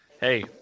hey